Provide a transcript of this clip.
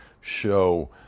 show